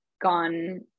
gone